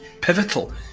pivotal